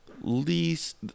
least